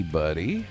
buddy